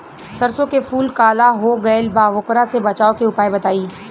सरसों के फूल काला हो गएल बा वोकरा से बचाव के उपाय बताई?